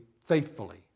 faithfully